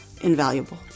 invaluable